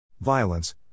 Violence